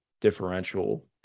differential